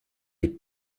les